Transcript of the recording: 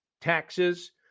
Taxes